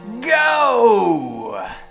go